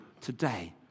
today